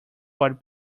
but